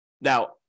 Now